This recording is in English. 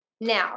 Now